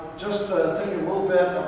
just a little bit